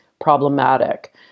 problematic